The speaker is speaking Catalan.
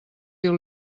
diu